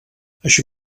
així